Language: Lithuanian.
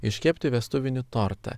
iškepti vestuvinį tortą